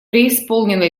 преисполнена